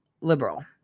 liberal